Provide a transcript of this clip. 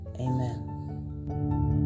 Amen